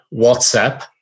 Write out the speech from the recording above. WhatsApp